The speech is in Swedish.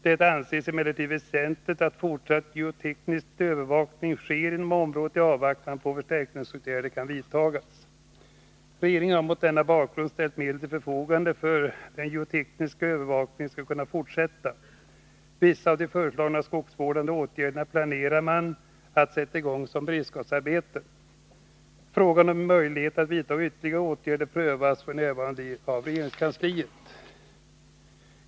Det anses emellertid väsentligt att fortsatt geoteknisk övervakning sker inom området i avvaktan på att förstärkningsåtgärder vidtas. Regeringen har mot denna bakgrund ställt medel till förfogande för att den geotekniska övervakningen skall kunna fortsätta. Vissa av de föreslagna skogsvårdande åtgärderna planerar man att sätta i gång som beredskapsarbete. Frågan om möjlighet att vidta ytterligare åtgärder prövas f.n. av regeringskansliet.